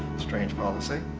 strange policy.